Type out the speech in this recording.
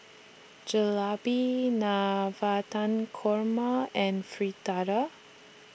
Jalebi Navratan Korma and Fritada